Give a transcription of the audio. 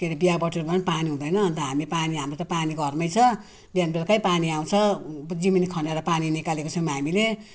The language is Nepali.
के अरे बिहाबटुलमा पनि पानी हुँदैन अन्त हामी पानी हाम्रो त पानी घरमै छ बिहान बेलुकै पानी आउँछ जमिन खनेर पानी निकालेको छौँ हामीले